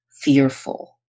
fearful